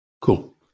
Cool